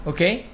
Okay